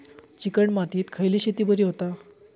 Chicken मातीत खयली शेती बरी होता?